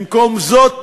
במקום זאת